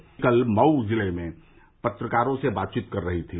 वह कल मऊ जिले में पत्रकारों से बातचीत कर रही थी